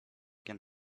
can